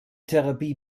therapie